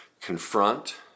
Confront